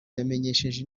yamenyesheje